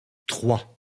trois